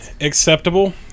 Acceptable